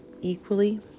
equally